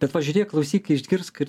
bet pažiūrėk klausyk išgirsk ir